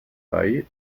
bei